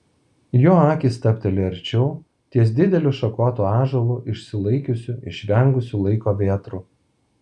jo akys stabteli arčiau ties dideliu šakotu ąžuolu išsilaikiusiu išvengusiu laiko vėtrų